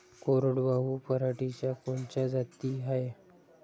कोरडवाहू पराटीच्या कोनच्या जाती हाये?